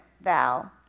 thou